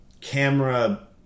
camera